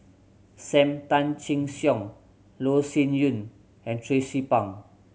Sam Tan Chin Siong Loh Sin Yun and Tracie Pang